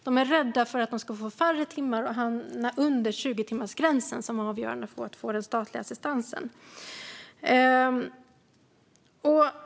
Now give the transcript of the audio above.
De är rädda för att de ska få färre timmar och hamna under 20-timmarsgränsen som är avgörande för att få den statliga assistansen.